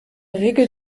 regel